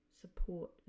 support